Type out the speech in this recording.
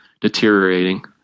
deteriorating